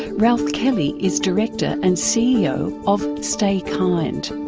ralph kelly is director and ceo of stay kind.